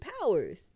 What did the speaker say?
powers